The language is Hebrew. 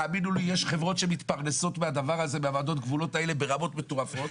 יש חברות שמתפרנסות מוועדות הגבולות האלה ברמות מטורפות.